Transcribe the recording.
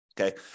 Okay